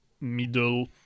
middle